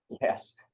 Yes